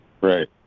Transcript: Right